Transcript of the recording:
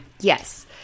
Yes